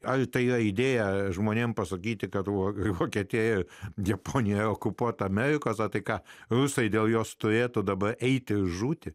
ar tai jo idėja žmonėms pasakyti kad guogai vokietija japonija okupuoti amerikos o tai ką rusai dėl jos turėtų dabar eiti žūti